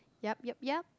yup yup yup